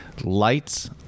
Lights